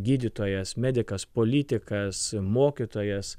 gydytojas medikas politikas mokytojas